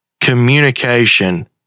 communication